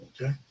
Okay